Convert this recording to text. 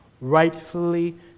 rightfully